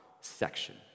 section